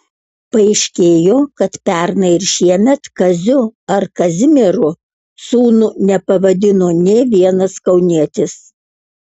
paaiškėjo kad pernai ir šiemet kaziu ar kazimieru sūnų nepavadino nė vienas kaunietis